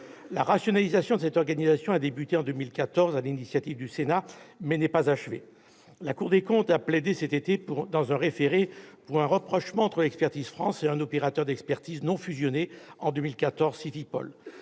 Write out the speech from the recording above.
La rationalisation de cette organisation a débuté en 2014, sur l'initiative du Sénat, mais n'est pas achevée. La Cour des comptes a plaidé, cet été, dans un référé, pour un rapprochement entre Expertise France et un opérateur qui n'avait pas été fusionné en 2014, Civipol,